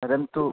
परन्तु